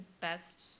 best